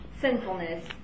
sinfulness